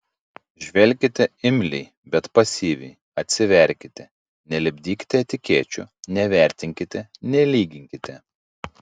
žvelkite imliai bet pasyviai atsiverkite nelipdykite etikečių nevertinkite nelyginkite